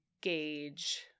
gauge